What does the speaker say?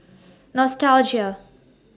Nostalgia